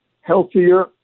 healthier